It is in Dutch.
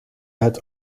het